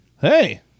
Hey